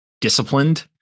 disciplined